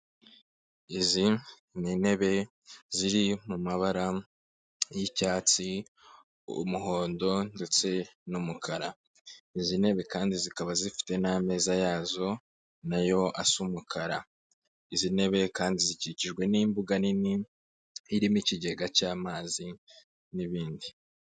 Izi ni intebe ziri mu mabara y'icyatsi, umuhondo ndetse n'umukara. Izi ntebe kandi zikaba zifite n'ameza yazo nayo asa umukara. Izi ntebe kandi zikikijwe n'imbuga nini irimo ikigega cy'amazi n'ibindi.